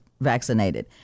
vaccinated